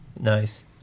Nice